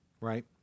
right